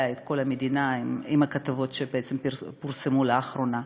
את כל המדינה עם הכתבות שפרסמו לאחרונה,